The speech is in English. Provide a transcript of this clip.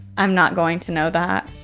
i'm not going to know that.